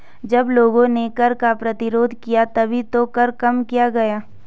जब लोगों ने कर का प्रतिरोध किया तभी तो कर कम किया गया